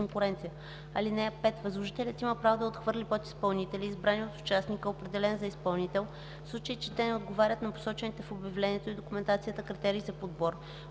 (5) Възложителят има право да отхвърли подизпълнители, избрани от участника, определен за изпълнител, в случай че те не отговарят на посочените в обявлението и документацията критерии за подбор.